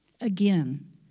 Again